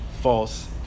false